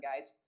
guys